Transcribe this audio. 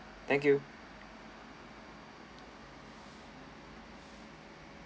thank you